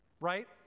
right